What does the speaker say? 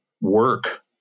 work